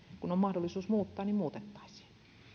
kun on mahdollisuus muuttaa muutettaisiin